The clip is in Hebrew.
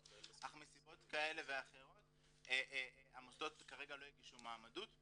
אך מסיבות כאלה ואחרות המוסדות כרגע לא הגישו מועמדות.